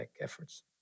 efforts